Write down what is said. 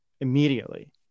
immediately